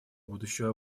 будущего